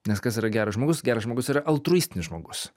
nes kas yra geras žmogus geras žmogus yra altruistinis žmogus